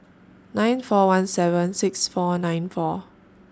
nine four one seven six four nine four